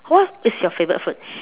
what is your favourite food